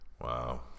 Wow